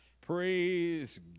Praise